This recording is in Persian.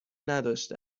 نداشته